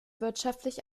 wirtschaftlich